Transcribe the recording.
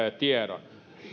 tiedon